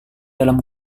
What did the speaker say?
dalam